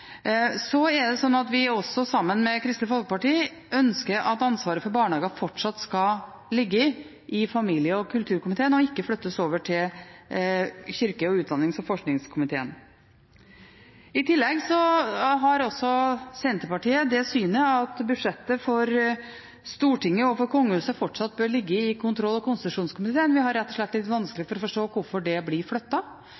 Så er det slik at vi sammen med Kristelig Folkeparti ønsker at ansvaret for barnehager fortsatt skal ligge i familie- og kulturkomiteen og ikke flyttes over til kirke-, utdannings- og forskningskomiteen. I tillegg har Senterpartiet det synet at budsjettet for Stortinget og for kongehuset fortsatt bør ligge i kontroll- og konstitusjonskomiteen. Vi har rett og slett litt vanskelig